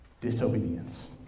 Disobedience